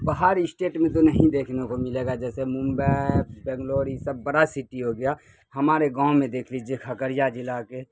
باہر اسٹیٹ میں تو نہیں دیکھنے کو ملے گا جیسے ممبئی بنگلور یہ سب بڑا سٹی ہو گیا ہمارے گاؤں میں دیکھ لیجیے کھگڑیا ضلع کے